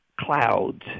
clouds